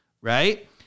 right